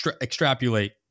extrapolate